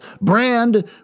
Brand